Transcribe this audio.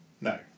No